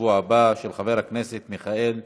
בשבוע הבא, מס' 7764, של חבר הכנסת מיכאל מלכיאלי.